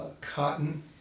cotton